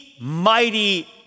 mighty